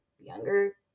younger